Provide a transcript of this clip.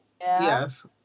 Yes